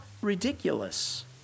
ridiculous